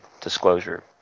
disclosure